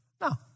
No